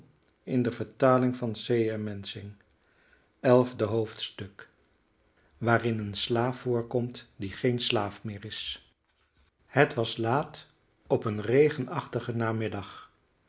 elfde hoofdstuk waarin een slaaf voorkomt die geen slaaf meer is het was laat op een regenachtigen namiddag